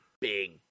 big